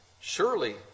Surely